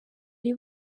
ari